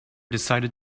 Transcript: decided